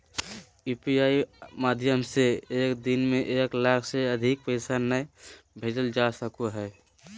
UPI माध्यम से एक दिन में एक लाख से अधिक पैसा नय भेजल जा सको हय